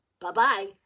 Bye-bye